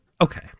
okay